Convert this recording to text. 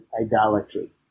idolatry